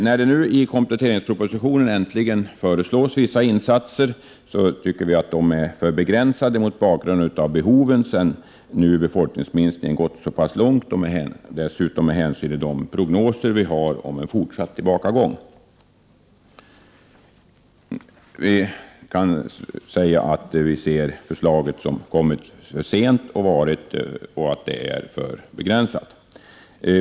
När det nu i kompletteringspropositionen äntligen föreslås vissa insatser, tycker vi att de ändå är för begränsade mot bakgrund av behoven sedan befolkningsminskningen gått så pass långt och dessutom med hänsyn till de prognoser vi har om en fortsatt tillbakagång. Förslaget har kommit för sent och är alltför begränsat.